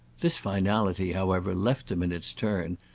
this finality, however, left them in its turn,